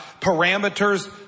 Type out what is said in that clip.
parameters